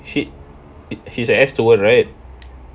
sh~ she's a air steward right